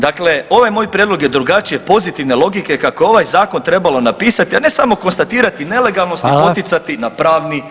Dakle, ovaj moj prijedlog je drugačije pozitivne logike kako je ovaj zakon trebalo napisati, a ne samo konstatirati nelegalnost i [[Upadica: Hvala.]] poticati na pravni nered.